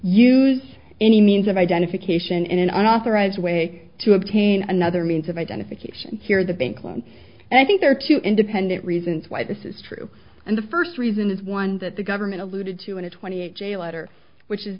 use any means of identification in an authorised way to obtain another means of identification here the bank loan and i think there are two independent reasons why this is true and the first reason is one that the government alluded to in the twenty eight jail letter which is